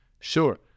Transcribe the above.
Sure